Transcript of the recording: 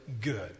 good